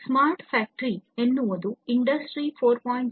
smart ಕಾರ್ಖಾನೆ ಎನ್ನುವುದು industry 4